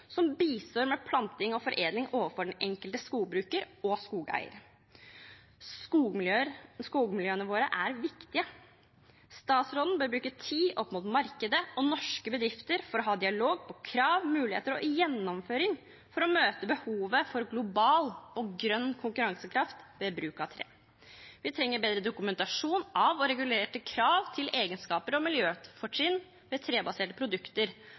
som bistår med planting og foredling overfor den enkelte skogbruker og skogeier. Skogmiljøene våre er viktige. Statsråden bør bruke tid opp mot markedet og norske bedrifter for å ha dialog om krav, muligheter og gjennomføring for å møte behovet for global og grønn konkurransekraft – ved bruk av tre. Vi trenger bedre dokumentasjon av og regulerte krav til egenskaper og miljøfortrinn ved trebaserte produkter